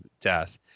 death